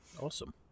Awesome